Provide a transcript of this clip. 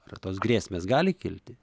ar tos grėsmės gali kilti